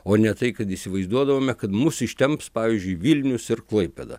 o ne tai kad įsivaizduodavome kad mus ištemps pavyzdžiui vilnius ir klaipėda